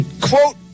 Quote